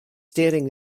standing